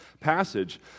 passage